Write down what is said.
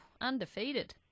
undefeated